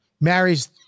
Marries